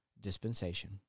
dispensation